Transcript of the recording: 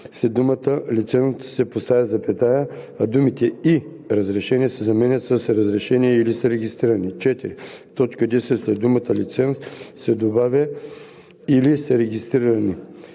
след думата „лиценз“ се поставя запетая, а думите „и разрешение“ се заменят с „разрешение или са регистрирани“. 4. В т. 10 след думата „лиценз“ се добавя „или са регистрирани“.